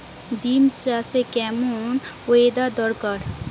Beans চাষে কেমন weather দরকার?